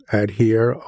adhere